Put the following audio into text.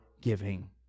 giving